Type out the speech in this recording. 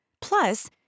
Plus